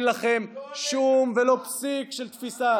הרי אין לכם שום פסיק של תפיסה.